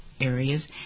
areas